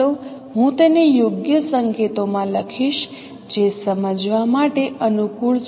ચાલો હું તેને યોગ્ય સંકેતોમાં લખીશ જે સમજવા માટે વધુ અનુકૂળ છે